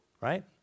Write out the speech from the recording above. Right